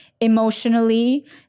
emotionally